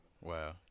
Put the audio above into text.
Wow